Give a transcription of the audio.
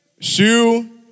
Shoe